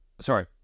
Sorry